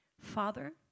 Father